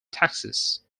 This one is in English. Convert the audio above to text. taxis